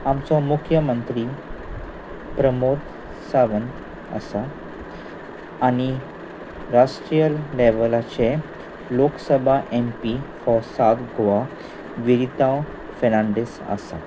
आमचो मुख्यमंत्री प्रमोद सावंत आसा आनी राष्ट्रीय लेवलाचे Lok Sabha M P for south Goa Viriato Fernandes आसा